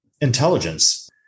intelligence